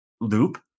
loop